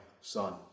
son